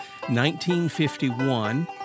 1951